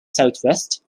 southwest